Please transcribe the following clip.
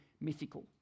mythical